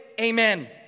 amen